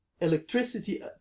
electricity